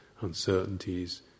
uncertainties